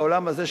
בעולם הזה,